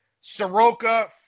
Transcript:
Soroka